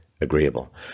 agreeable